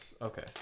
okay